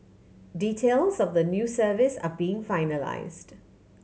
details of the new service are being finalised